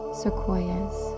sequoias